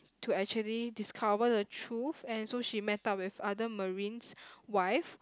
to actually discover the truth and so she met up with other marine's wife